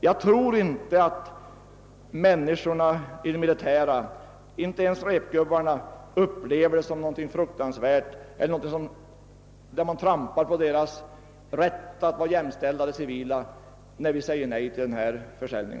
Jag tror inte att människorna i det militära, inte ens repgubbarna, upplever det som någonting fruktansvärt — att vi trampar på deras rätt att vara jämställda med de civila — om vi säger nej till denna försäljning.